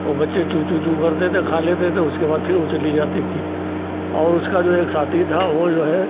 वह बच्चे चू चू चू चू करते थे खा लेते थे उसके बाद फिर वह चली जाती थी और उसका जो एक साथी था वह जो है